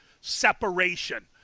separation